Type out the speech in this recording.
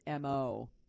MO